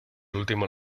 último